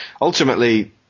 ultimately